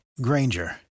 Granger